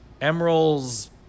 Emeralds